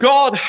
God